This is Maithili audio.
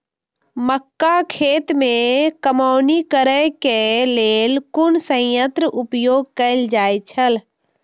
मक्का खेत में कमौनी करेय केय लेल कुन संयंत्र उपयोग कैल जाए छल?